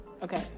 Okay